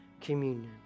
communion